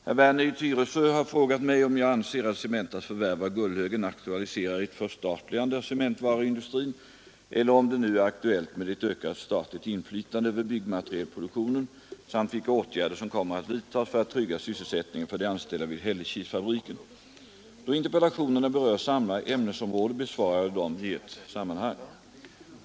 Herr Werner i Tyresö har frågat mig om jag anser att Cementas förvärv av Gullhögen aktualiserar ett förstatligande av cementvaruindustrin eller om det nu är aktuellt med ett ökat statligt inflytande över byggmaterielproduktionen samt vilka åtgärder som kommer att vidtas för att trygga sysselsättningen för de anställda vid Hällekisfabriken. Då interpellationerna berör samma ämnesområde besvarar jag dem i ett sammanhang.